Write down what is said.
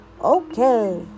Okay